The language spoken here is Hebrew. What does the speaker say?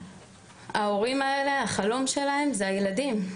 ההורים האלה, החלום שלהם זה הילדים.